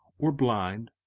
or blind,